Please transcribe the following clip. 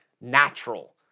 natural